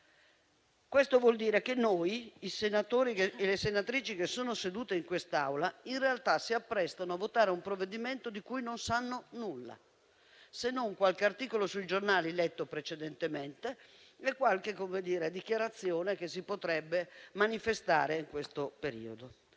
Questo vuol dire che noi, senatori e senatrici seduti in quest'Aula, in realtà ci apprestiamo a votare un provvedimento di cui non sappiamo nulla, se non quanto letto da qualche articolo sui giornali letto precedentemente o appreso da qualche dichiarazione che si potrebbe manifestare in questo periodo.